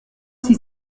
six